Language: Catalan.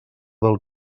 del